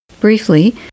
Briefly